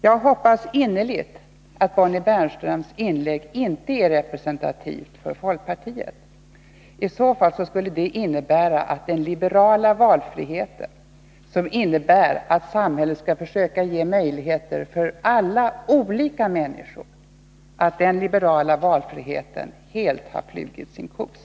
Jag hoppas innerligt att Bonnie Bernströms inlägg inte är representativt för folkpartiet. Om det är det skulle det betyda att den liberala valfriheten, som innebär att samhället skall försöka ge valmöjligheter för alla olika människor, helt har flugit sin kos.